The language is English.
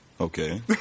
Okay